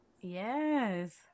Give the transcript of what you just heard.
Yes